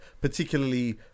particularly